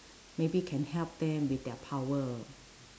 maybe can help them with their power